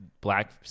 black